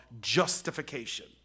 justification